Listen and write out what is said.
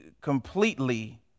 completely